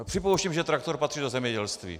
Připouštím, že traktor patří do zemědělství.